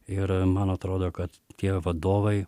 ir man atrodo kad tie vadovai